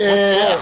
לפחות פה,